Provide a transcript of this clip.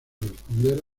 responder